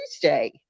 Tuesday